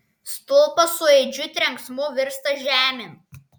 stulpas su aidžiu trenksmu virsta žemėn